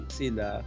sila